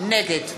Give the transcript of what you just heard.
נגד